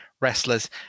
wrestlers